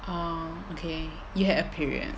orh okay you had a period